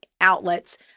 outlets